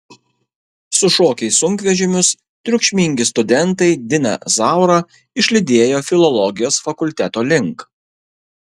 sušokę į sunkvežimius triukšmingi studentai diną zaurą išlydėjo filologijos fakulteto link